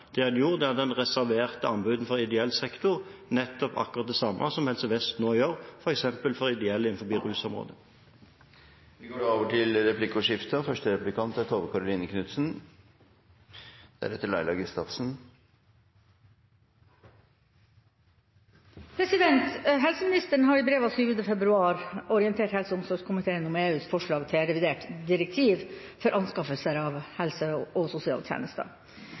Det en gjorde, var at en reserverte anbudene for ideell sektor – akkurat det samme som Helse Vest nå gjør f.eks. for ideelle innenfor rusområdet. Det blir replikkordskifte. Helseministeren har i brev av 7. februar orientert helse- og omsorgskomiteen om EUs forslag til revidert direktiv for anskaffelser av helse- og sosialtjenester.